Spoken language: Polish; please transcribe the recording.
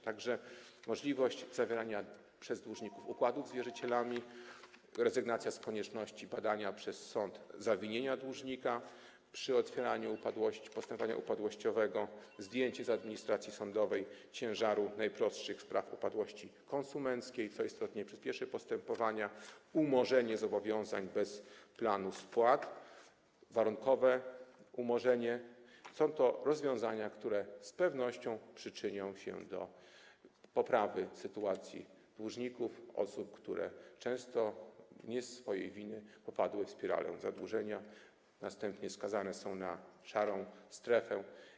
Tak że możliwość zawierania przez dłużników układów z wierzycielami, rezygnacja z konieczności badania przez sąd zawinienia dłużnika przy otwieraniu postępowania upadłościowego, zdjęcie z administracji sądowej ciężaru najprostszych spraw upadłości konsumenckiej, co istotnie przyspieszy postępowania, umorzenie zobowiązań bez planu spłat, warunkowe umorzenie - są to rozwiązania, które z pewnością przyczynią się do poprawy sytuacji dłużników, osób, które często nie ze swojej winy popadły w spiralę zadłużenia, a następnie skazane są na szarą strefę.